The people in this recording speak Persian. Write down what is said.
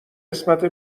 قسمت